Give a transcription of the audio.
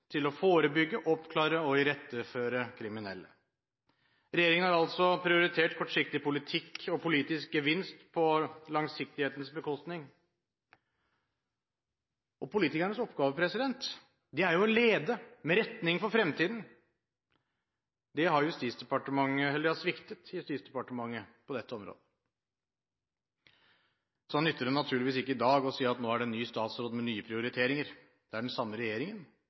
til å forebygge, oppklare og iretteføre kriminelle. Regjeringen har altså prioritert kortsiktig politikk og politisk gevinst på bekostning av langsiktigheten. Politikernes oppgave er jo å lede – med retning for fremtiden. Det har sviktet i Justisdepartementet på dette området. Da nytter det naturligvis ikke i dag å si at nå er det en ny statsråd med nye prioriteringer. Det er den samme regjeringen